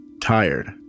Tired